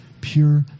pure